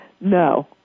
No